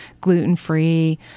gluten-free